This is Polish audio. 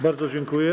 Bardzo dziękuję.